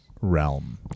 realm